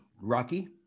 Rocky